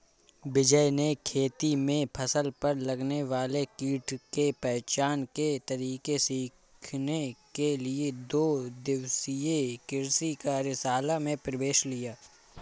विजय ने खेती में फसल पर लगने वाले कीट के पहचान के तरीके सीखने के लिए दो दिवसीय कृषि कार्यशाला में प्रवेश लिया